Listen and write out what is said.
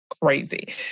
crazy